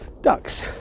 ducks